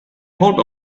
hold